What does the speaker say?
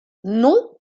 non